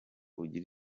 ugire